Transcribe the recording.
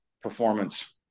performance